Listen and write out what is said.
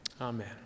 Amen